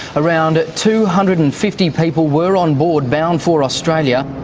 around two hundred and fifty people were on board, bound for australia.